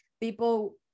People